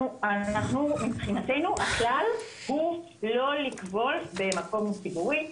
מבחינתנו הכלל הוא לא לכבול במקום ציבורי.